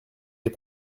les